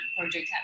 project